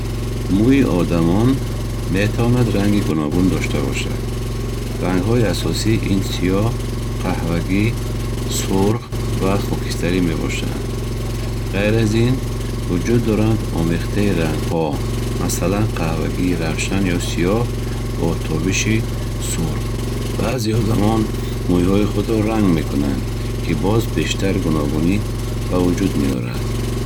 Мӯи одамон метавонад ранги гуногун дошта бошад. Рангҳои асосӣ ин сиёҳ, қаҳвагӣ, сурх ва хокистарӣ мебошанд. Ғайр аз ин, вуҷуд доранд омехтаи рангҳо, масалан қаҳвагии равшан ё сиёҳ бо тобиши сурх. Баъзе одамон мӯйи худро ранг мекунанд, ки боз бештар гуногунӣ ба вуҷуд меорад.